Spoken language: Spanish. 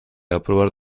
aprobar